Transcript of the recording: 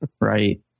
Right